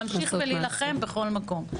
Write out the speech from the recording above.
להמשיך להילחם בכל מקום,